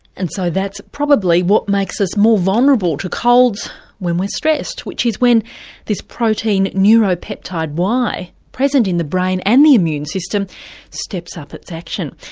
and so that's probably what makes us more vulnerable to colds when we're stressed. which is when this protein neuropeptide y present in the brain and the immune system steps up its action.